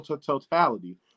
totality